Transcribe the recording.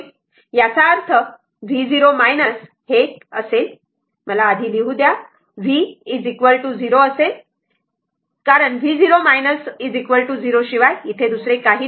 याचा अर्थ v0 हे खरेतर हे असेल मला आधी लिहू द्या हे v 0 असेल जे v0 0 शिवाय दुसरे काही नाही